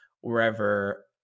wherever